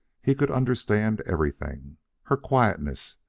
he could understand everything her quietness,